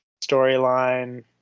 storyline